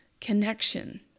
connection